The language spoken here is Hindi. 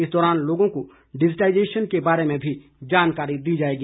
इस दौरान लोगों को डिजिटाईजेशन के बारे में जानकारी दी जाएगी